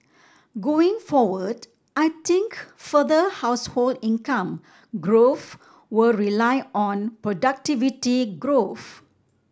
going forward I think further household income growth will rely on productivity growth